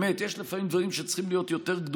באמת, יש לפעמים דברים שצריכים להיות גדולים.